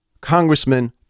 congressman